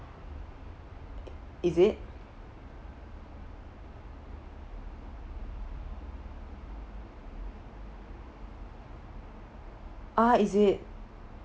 is it ah is it